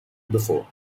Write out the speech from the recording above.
before